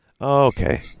Okay